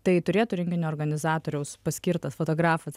tai turėtų renginio organizatoriaus paskirtas fotografas